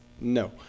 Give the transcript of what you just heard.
no